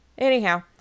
Anyhow